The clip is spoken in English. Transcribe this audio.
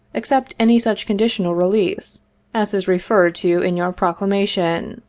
accept any such conditional release as is referred to in your proclamation,